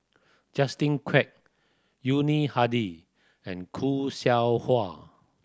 Justin Quek Yuni Hadi and Khoo Seow Hwa